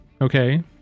Okay